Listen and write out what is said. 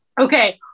Okay